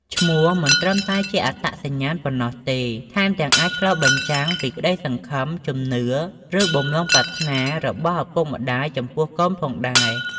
ឈ្មោះមិនមែនត្រឹមតែជាអត្តសញ្ញាណប៉ុណ្ណោះទេ ថែមទាំងអាចឆ្លុះបញ្ចាំងពីក្តីសង្ឃឹម ជំនឿ ឬបំណងប្រាថ្នារបស់ឪពុកម្តាយចំពោះកូនផងដែរ។